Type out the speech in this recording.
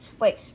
Wait